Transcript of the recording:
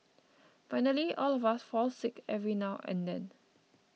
finally all of us fall sick every now and then